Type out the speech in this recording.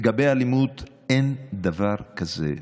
לגבי אלימות, אין דבר כזה.